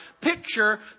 Picture